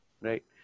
right